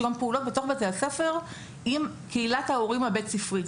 יש גם פעולות בתוך בתי הספר עם קהילת ההורים הבית ספרית.